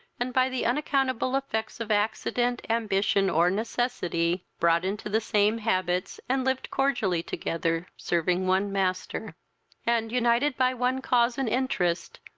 and, by the unaccountable effects of accident, ambition, or necessity, brought into the same habits, and lived cordially together, serving one master and, united by one cause and interest,